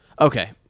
okay